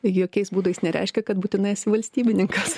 jokiais būdais nereiškia kad būtinai esi valstybininkas